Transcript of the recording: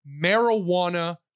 Marijuana